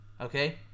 Okay